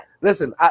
listen